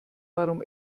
warum